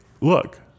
look